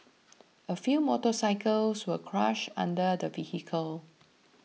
a few motorcycles were crushed under the vehicle